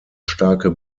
starke